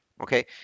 okay